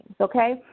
Okay